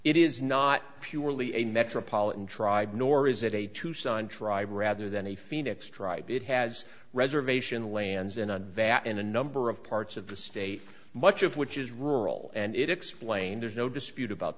it is not purely a metropolitan tribe nor is it a tucson tribe rather than a phoenix tribe it has reservation lands in a vast and a number of parts of the state much of which is rural and it explained there's no dispute about